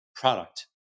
product